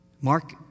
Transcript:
Mark